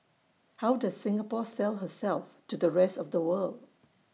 how does Singapore sell herself to the rest of the world